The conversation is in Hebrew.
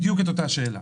בדיוק את אותה שאלה.